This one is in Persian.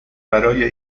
برای